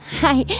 hi,